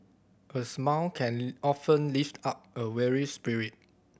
a smile can often lift up a weary spirit